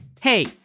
Hey